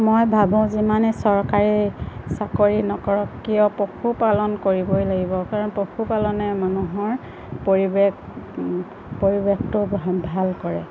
মই ভাবোঁ যিমানেই চৰকাৰী চাকৰি নকৰক কিয় পশুপালন কৰিবই লাগিব কাৰণ পশুপালনে মানুহৰ পৰিৱেশ পৰিৱেশটো ভা ভাল কৰে